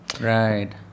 Right